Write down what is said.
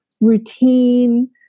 routine